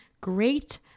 great